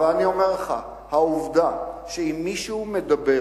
אבל אני אומר לך, העובדה שאם מישהו מדבר